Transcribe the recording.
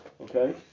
Okay